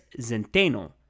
Zenteno